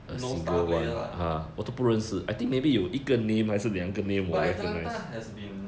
no star player lah but atlanta has been